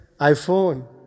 iPhone